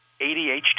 ADHD